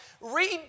Read